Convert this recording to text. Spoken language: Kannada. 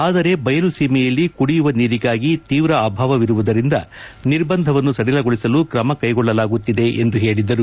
ಆದರೆ ಬಯಲು ಸೀಮೆಯಲ್ಲಿ ಕುಡಿಯುವ ನೀರಿಗಾಗಿ ತೀವ್ರ ಅಭಾವವಿರುವುದರಿಂದ ನಿರ್ಬಂಧವನ್ನು ಸಡಿಲಗೊಳಿಸಲು ಕ್ರಮ ಕೈಗೊಳ್ಳಲಾಗುತ್ತಿದೆ ಎಂದು ಹೇಳಿದರು